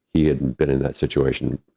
he hadn't been in that situation